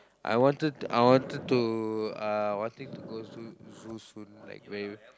I wanted I wanted to uh wanting to go zoo zoo soon like very